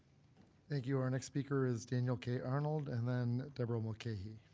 thank you, our next speaker is daniel k. arnold, and then debra mulcahey.